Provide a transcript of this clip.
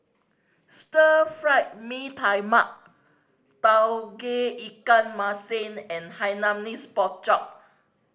Stir Fried Mee Tai Mak Tauge Ikan Masin and Hainanese Pork Chop